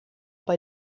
bei